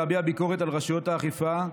להביע ביקורת על רשויות האכיפה,